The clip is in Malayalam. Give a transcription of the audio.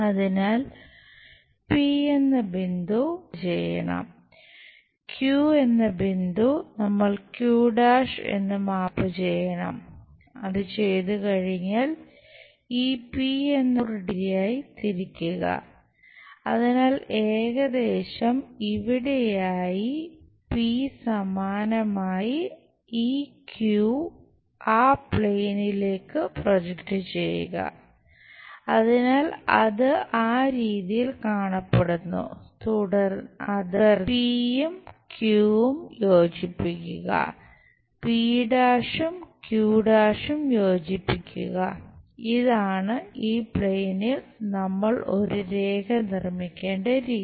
അതിനാൽ പി നമ്മൾ ഒരു രേഖ നിർമ്മിക്കേണ്ട രീതി